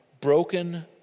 broken